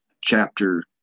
chapter